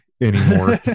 anymore